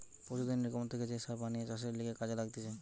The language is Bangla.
পশুদের নির্গমন থেকে যে সার বানিয়ে চাষের লিগে কাজে লাগতিছে